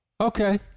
Okay